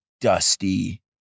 dusty